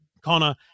Connor